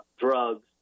drugs